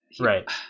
Right